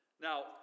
Now